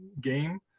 game